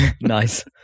Nice